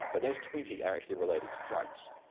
but those twenty are actually related to drugs.